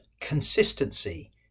consistency